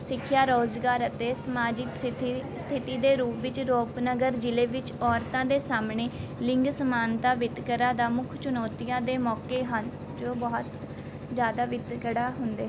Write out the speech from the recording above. ਸਿੱਖਿਆ ਰੁਜ਼ਗਾਰ ਅਤੇ ਸਮਾਜਿਕ ਸਿਥੀ ਸਥਿਤੀ ਦੇ ਰੂਪ ਵਿੱਚ ਰੂਪਨਗਰ ਜ਼ਿਲ੍ਹੇ ਵਿੱਚ ਔਰਤਾਂ ਦੇ ਸਾਹਮਣੇ ਲਿੰਗ ਸਮਾਨਤਾ ਵਿਤਕਰਾ ਦਾ ਮੁੱਖ ਚੁਣੌਤੀਆਂ ਦੇ ਮੌਕੇ ਹਨ ਜੋ ਬਹੁਤ ਜਿਆਦਾ ਵਿਤਕਰਾ ਹੁੰਦੇ